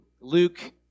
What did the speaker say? Luke